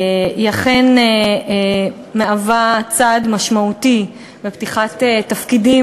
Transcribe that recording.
היא אכן צעד משמעותי בפתיחת תפקידים